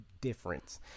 difference